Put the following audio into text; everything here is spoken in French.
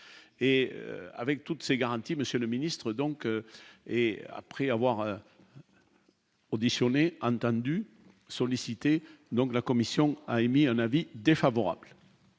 et avec toutes ces garanties, Monsieur le Ministre, donc, et après avoir. Auditionné entendu sollicités donc la commission a émis un avis défavorable.